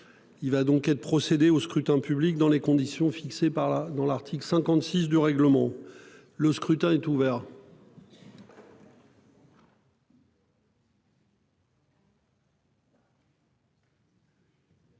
Il va donc être procéder au scrutin public dans les conditions fixées par la dans l'article 56 de règlement. Le scrutin est ouvert.